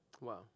Wow